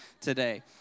today